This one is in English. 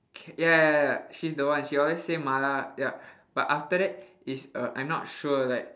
ke~ ya ya ya she's the one she always say mala ya but after that is err I not sure like